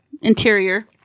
interior